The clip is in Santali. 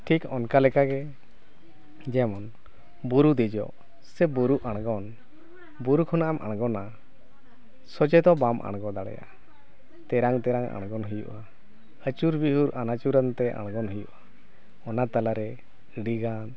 ᱴᱷᱤᱠ ᱚᱱᱠᱟ ᱞᱮᱠᱟ ᱜᱮ ᱡᱮᱢᱚᱱ ᱵᱩᱨᱩ ᱫᱮᱡᱚᱜ ᱥᱮ ᱵᱩᱨᱩ ᱟᱬᱜᱚᱱ ᱵᱩᱨᱩ ᱠᱷᱚᱱᱟᱜ ᱮᱢ ᱟᱬᱜᱚᱱᱟ ᱥᱚᱡᱷᱮ ᱫᱚ ᱵᱟᱢ ᱟᱬᱜᱚ ᱫᱟᱲᱮᱭᱟᱜᱼᱟ ᱛᱮᱨᱟᱝ ᱛᱮᱨᱟᱝ ᱟᱲᱜᱚᱱ ᱦᱩᱭᱩᱜᱼᱟ ᱟᱹᱪᱩᱨ ᱵᱤᱦᱩᱨ ᱟᱱᱟᱪᱩᱨ ᱱᱟᱛᱮ ᱟᱬᱜᱚᱱ ᱦᱩᱭᱩᱜᱼᱟ ᱚᱱᱟ ᱛᱟᱞᱟᱮ ᱟᱹᱰᱤ ᱜᱟᱱ